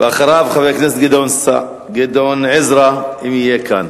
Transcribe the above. אחריו, חבר הכנסת גדעון עזרא, אם יהיה כאן.